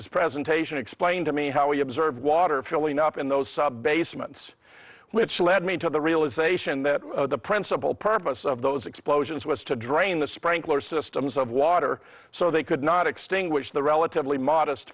his presentation explain to me how we observed water filling up in those subbasements which led me to the realization that the principal purpose of those explosions was to drain the sprinkler systems of water so they could not extinguish the relatively modest